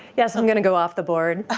yes, i'm going to go off the board.